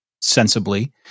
sensibly